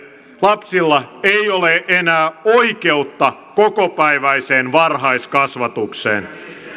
lapsilla ei ole enää oikeutta kokopäiväiseen varhaiskasvatukseen